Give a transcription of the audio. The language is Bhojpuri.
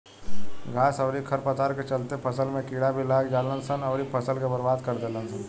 घास अउरी खर पतवार के चलते फसल में कीड़ा भी लाग जालसन अउरी फसल के बर्बाद कर देलसन